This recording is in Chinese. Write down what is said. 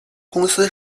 公司